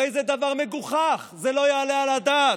הרי זה דבר מגוחך, זה לא יעלה על הדעת.